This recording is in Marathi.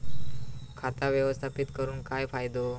खाता व्यवस्थापित करून काय फायदो?